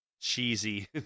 cheesy